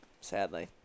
Sadly